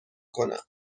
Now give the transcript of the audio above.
کنم